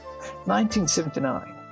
1979